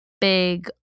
big